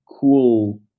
cool